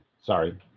Sorry